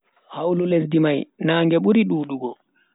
Hawlu lesdi mai naage buri dudugo.